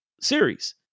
series